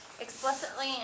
Explicitly